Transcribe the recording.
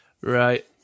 Right